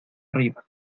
arriba